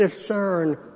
discern